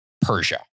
Persia